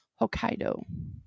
Hokkaido